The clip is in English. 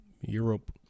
Europe